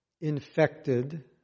infected